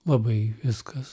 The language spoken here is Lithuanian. labai viskas